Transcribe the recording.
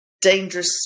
dangerous